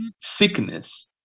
sickness